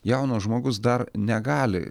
jaunas žmogus dar negali